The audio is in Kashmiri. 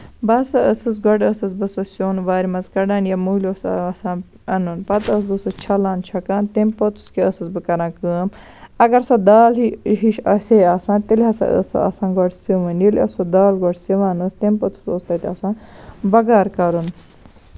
بہٕ ہسا ٲسٕس گۄڈٕ ٲسٕس بہٕ سُہ سیُن وارِ منٛز کَڑان یا مٔلۍ اوس آسان اَنُن پَتہٕ ٲسٕس سُہ چھَلان چھۄکان تَمہِ پوٚتُس کیاہ ٲسٕس بہٕ کران کٲم اَگر سۄ دال ہِش آسہِ ہَے آسان تیٚلہِ ہسا ٲس سۄ آسان گۄڈٕ سِوٕنۍ ییٚلہِ سۄ دال گۄڈٕ سِوان ٲسۍ تَمہِ پوٚتُس اوس تَتہِ آسان بَگارٕ کَرُن